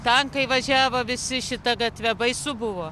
tankai važiavo visi šita gatve baisu buvo